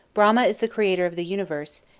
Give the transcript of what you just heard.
brahma is the creator of the universe,